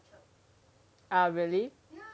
ah really